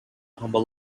humble